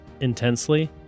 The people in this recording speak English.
intensely